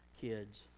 kids